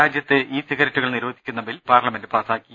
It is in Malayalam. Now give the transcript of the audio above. രാജ്യത്ത് ഇ സിഗറ്റുകൾ നിരോധിക്കുന്ന ബിൽ പാർലമെന്റ് പാസാക്കി